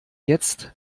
jetzt